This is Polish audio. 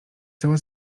cała